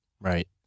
Right